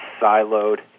siloed